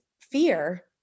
fear